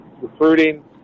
recruiting